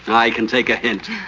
i can take a hint.